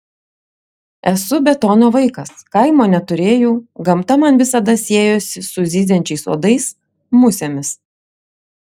esu betono vaikas kaimo neturėjau gamta man visada siejosi su zyziančiais uodais musėmis